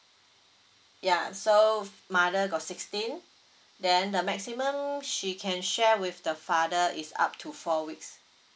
ya so mother got sixteen then the maximum she can share with the father is up to four weeks